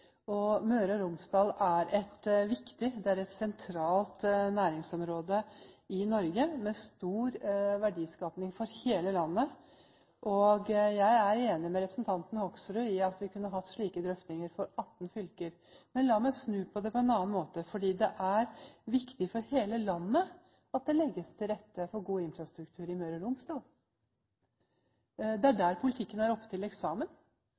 Møre og Romsdal er et viktig og sentralt næringsområde i Norge, med stor verdiskaping for hele landet. Jeg er enig med representanten Hoksrud i at vi kunne hatt slike drøftinger for 18 fylker. Men la meg snu på det. Det er viktig for hele landet at det legges til rette for god infrastruktur i Møre og Romsdal. Det er der politikken er oppe til eksamen,